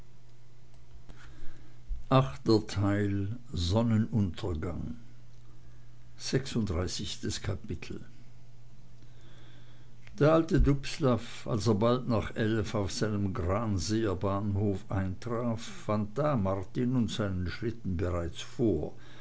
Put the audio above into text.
sechsunddreißigstes kapitel der alte dubslav als er bald nach elf auf seinem granseer bahnhof eintraf fand da martin und seinen schlitten bereits vor